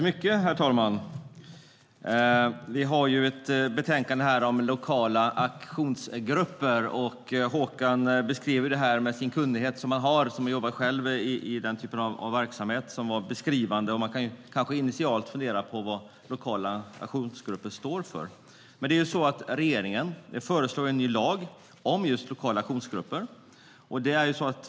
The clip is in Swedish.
Herr talman! Vi har här ett betänkande om lokala aktionsgrupper. Håkan beskriver detta med den kunnighet han har eftersom han själv jobbar i denna typ av verksamhet. Det var mycket beskrivande. Man kan kanske initialt fundera på vad lokala aktionsgrupper står för. Regeringen föreslår en ny lag om just lokala aktionsgrupper.